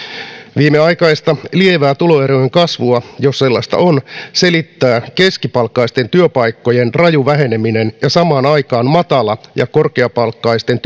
viimeaikaista lievää tuloerojen kasvua jos sellaista on selittää keskipalkkaisten työpaikkojen raju väheneminen ja samaan aikaan matala ja korkeapalkkaisten